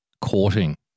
courting